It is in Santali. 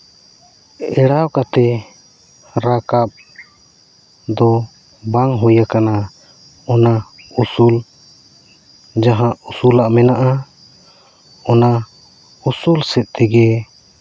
ᱮᱲᱟᱣ ᱠᱟᱛᱮ ᱨᱟᱠᱟᱵ ᱫᱚ ᱵᱟᱝ ᱦᱩᱭᱟᱠᱟᱱᱟ ᱚᱱᱟ ᱩᱥᱩᱞ ᱡᱟᱦᱟᱸ ᱩᱥᱩᱞᱟᱜ ᱢᱮᱱᱟᱜᱼᱟ ᱚᱱᱟ ᱩᱥᱩᱞ ᱥᱮᱫ ᱛᱮᱜᱮ